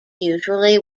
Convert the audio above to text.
usually